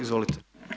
Izvolite.